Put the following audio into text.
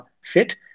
fit